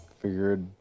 figured